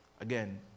Again